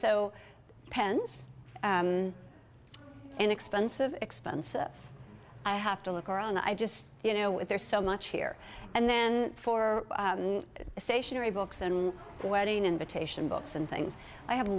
so pens inexpensive expenses i have to look around i just you know if there's so much here and then for a stationary books and wedding invitation books and things i have